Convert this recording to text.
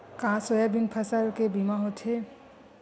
का सोयाबीन फसल के बीमा होथे?